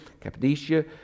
Cappadocia